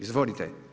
Izvolite.